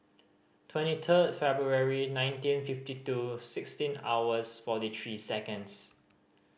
twenty third February nineteen fifty two sixteen hours forty three seconds